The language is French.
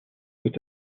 peut